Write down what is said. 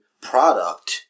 product